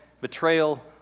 betrayal